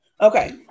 Okay